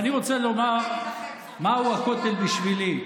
ואני רוצה לומר מהו הכותל בשבילי.